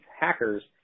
hackers